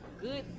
good